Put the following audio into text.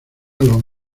los